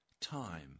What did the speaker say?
time